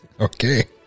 Okay